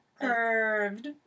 curved